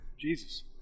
Jesus